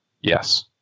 Yes